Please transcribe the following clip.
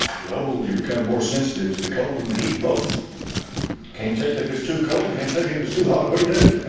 get old you become more sensitive to the cold and the heat both can't take it if it's too cold can't think it it was too hard. what do you do?